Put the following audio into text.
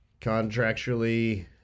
Contractually